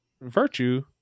virtue